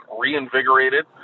reinvigorated